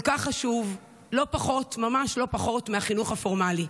כל כך חשוב, ממש לא פחות מהחינוך הפורמלי.